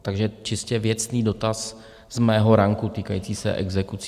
Takže čistě věcný dotaz z mého ranku týkající se exekucí.